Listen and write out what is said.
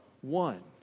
one